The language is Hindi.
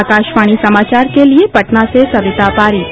आकाशवाणी समाचार के लिये पटना से सविता पारिक